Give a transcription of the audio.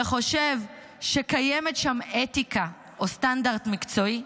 -- וחושב שקיימת שם אתיקה או סטנדרט מקצועי?